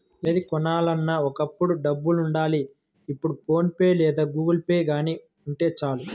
ఏది కొనాలన్నా ఒకప్పుడు డబ్బులుండాలి ఇప్పుడు ఫోన్ పే లేదా గుగుల్పే గానీ ఉంటే చాలు